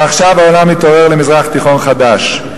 ועכשיו העולם מתעורר למזרח תיכון חדש.